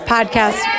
Podcast